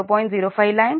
05 line 0